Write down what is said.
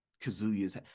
Kazuya's